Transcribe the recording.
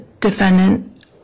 defendant